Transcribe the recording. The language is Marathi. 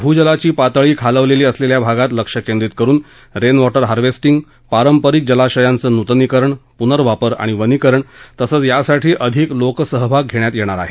भूजलाची पातळी खालावलेली असलेल्या भागात लक्ष केंद्रित करून रेन वॉटर हार्वेस्टिंग पारंपरिक जलाशयांचं नूतनीकरण प्नर्वापर आणि वनीकरण तसंच यासाठी अधिक लोक सहभाग घेण्यात येणार आहे